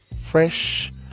fresh